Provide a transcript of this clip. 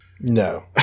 No